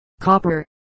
copper